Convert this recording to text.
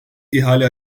ihale